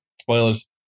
Spoilers